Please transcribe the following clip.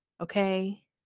Okay